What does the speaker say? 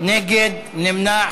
ההצעה להעביר את הצעת חוק לתיקון פקודת